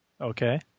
Okay